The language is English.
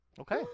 okay